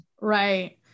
Right